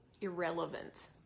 irrelevant